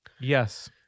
Yes